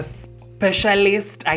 specialist